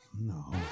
No